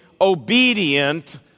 obedient